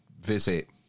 visit